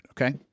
okay